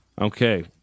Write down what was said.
Okay